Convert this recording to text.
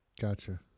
Gotcha